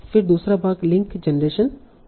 फिर दूसरा भाग लिंक जेनरेशन होगा